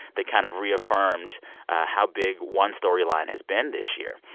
that kind of reaffirmed how big one storyline has been this year.